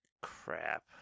Crap